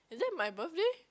is that my birthday